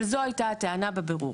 זו הייתה הטענה בבירור.